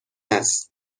است